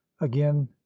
again